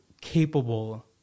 capable